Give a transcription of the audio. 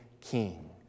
king